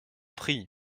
prie